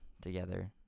together